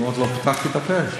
עוד לא פתחתי את הפה.